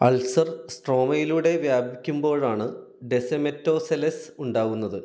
ulcer സ്ട്രോമയിലൂടെ വ്യാപിക്കുമ്പോഴാണ് descemetoceles ഉണ്ടാകുന്നത്